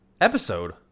episode